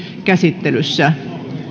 käsittelyssä